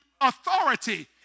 authority